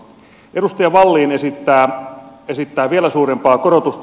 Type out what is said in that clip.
edustaja wallin esittää vielä suurempaa korotusta